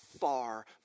far